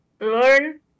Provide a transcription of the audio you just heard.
learn